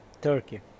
Turkey